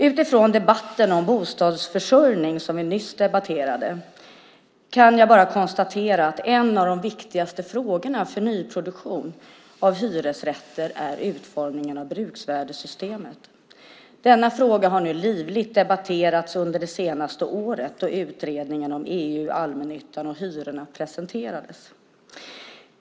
Utifrån debatten om bostadsförsörjning som vi nyss förde kan jag bara konstatera att en av de viktigaste frågorna för nyproduktion av hyresrätter är utformningen av bruksvärdessystemet. Denna fråga har nu livligt debatterats under det senaste året, då utredningen om EU, allmännyttan och hyrorna presenterades.